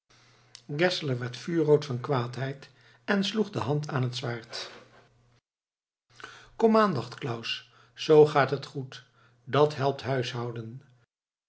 geszler werd vuurrood van kwaadheid en sloeg de hand aan het zwaard komaan dacht claus zoo gaat het goed dat helpt huishouden